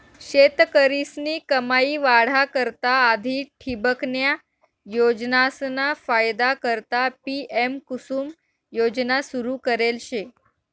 शेतकरीस्नी कमाई वाढा करता आधी ठिबकन्या योजनासना फायदा करता पी.एम.कुसुम योजना सुरू करेल शे